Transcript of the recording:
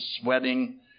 sweating